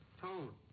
Tone